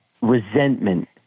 resentment